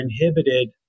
inhibited